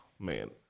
Man